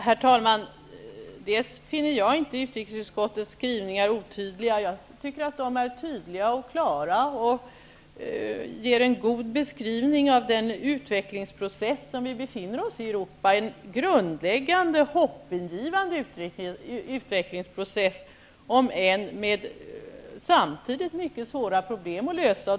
Herr talman! Jag finner inte utrikesutskottets skrivningar otydliga. Jag tycker att de är tydliga och klara och ger en god beskrivning av den utvecklingsprocess som vi i Europa befinner oss i, en grundläggande, hoppingivande utvecklingsprocess, om än med mycket svåra problem att lösa.